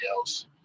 else